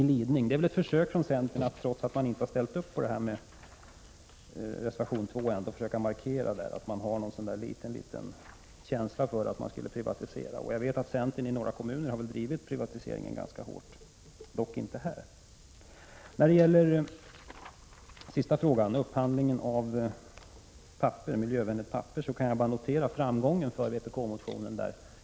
Men det är väl ett försök från centern att markera att man har en viss känsla för privatisering, trots att man inte har ställt sig bakom reservation 2. Jag vet att centern i några kommuner har drivit frågan om privatisering ganska hårt, dock inte i detta sammanhang. När det gäller frågan om upphandling av miljövänligt papper kan jag notera den framgång som vpk-motionen nått.